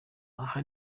aha